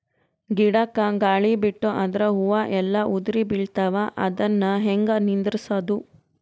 ಗಿಡಕ, ಗಾಳಿ ಬಿಟ್ಟು ಅದರ ಹೂವ ಎಲ್ಲಾ ಉದುರಿಬೀಳತಾವ, ಅದನ್ ಹೆಂಗ ನಿಂದರಸದು?